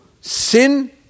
sin